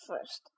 first